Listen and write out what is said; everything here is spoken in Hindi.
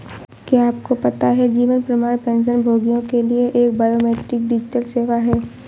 क्या आपको पता है जीवन प्रमाण पेंशनभोगियों के लिए एक बायोमेट्रिक डिजिटल सेवा है?